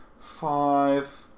five